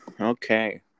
Okay